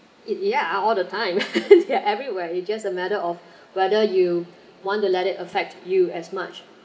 it yeah all all the time they're everywhere it just a matter of whether you want to let it affect you as much